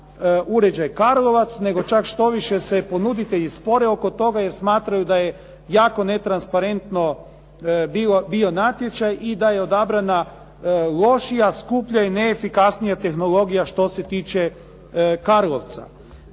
uređaj Karlovac, nego čak štoviše se ponuditelji spore oko toga jer smatraju da je jako netransparentno bio natječaj i da je odabrana lošija, skuplja i neefikasnija tehnologija što se tiče Karlovca.